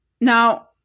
Now